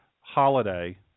holiday